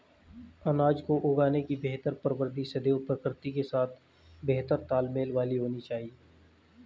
अनाज को उगाने की बेहतर प्रविधि सदैव प्रकृति के साथ बेहतर तालमेल वाली होनी चाहिए